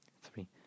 three